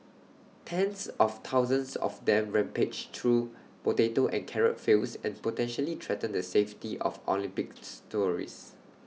tens of thousands of them rampage through potato and carrot fields and potentially threaten the safety of Olympics tourists